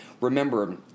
Remember